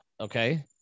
okay